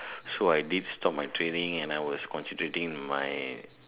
so I did stop my training and I was concentrating in my